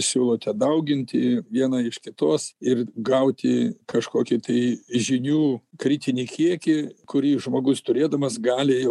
siūlote dauginti viena iš kitos ir gauti kažkokį tai žinių kritinį kiekį kurį žmogus turėdamas gali